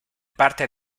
parte